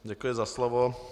Děkuji za slovo.